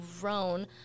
grown